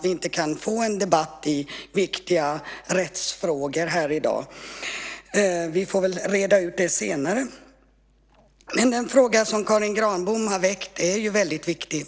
att vi inte kan få en debatt i viktiga rättsfrågor här i dag. Vi får väl reda ut det senare. Den fråga som Karin Granbom har väckt är väldigt viktig.